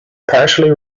partially